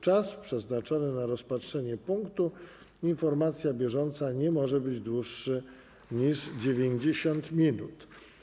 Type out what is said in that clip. Czas przeznaczony na rozpatrzenie punktu: Informacja bieżąca nie może być dłuższy niż 90 minut.